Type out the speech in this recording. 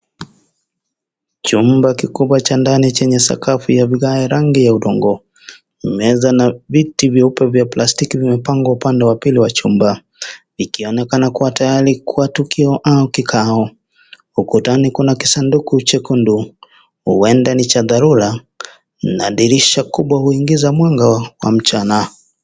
Chumba kikubwa cha ndani chenye sakafu ya rangi ya udongo, meza na vitu vyeupe vya plastiki vimepangwa upande wa pili wa chumba likionekana kuwa tayari kwa tukio au kikao , ukutani kuna kisanduku chekundu huenda ni cha dharura na dirisha kubwa uingiza mwanga wa mchana.